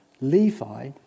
Levi